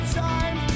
time